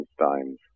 Einstein's